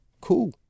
cool